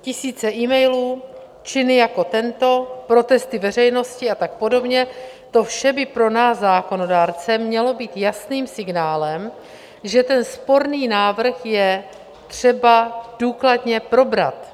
Tisíce emailů, činy jako tento, protesty veřejnosti a tak podobně, to vše by pro nás zákonodárce mělo být jasným signálem, že ten sporný návrh je třeba důkladně probrat.